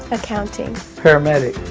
accounting, paramedic,